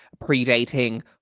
predating